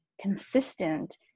consistent